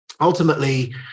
ultimately